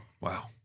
Wow